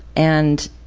and